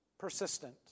Persistent